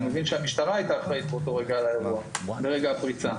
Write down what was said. אני חושב שהמשטרה היתה אחראית על האירוע ברגע הפריצה.